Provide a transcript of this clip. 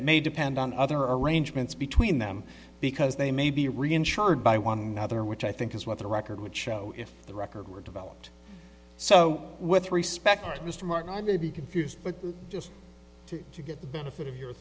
it may depend on other arrangements between them because they may be reinsured by one other which i think is what the record would show if the record were developed so with respect to mr martin i may be confused but just to to get the benefit of your